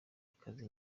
akazi